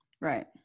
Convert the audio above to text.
Right